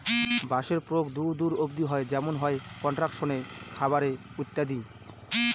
বাঁশের প্রয়োগ দূর দূর অব্দি হয় যেমন হয় কনস্ট্রাকশনে, খাবারে ইত্যাদি